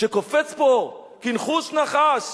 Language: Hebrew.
שקופץ פה כנשוך נחש,